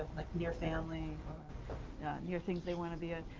near family or near things they wanna be at,